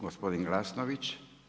Gospodin Glasnović.